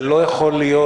זה לא יכול להיות,